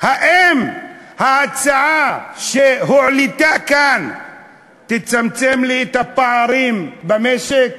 האם ההצעה שהועלתה כאן תצמצם לי את הפערים במשק?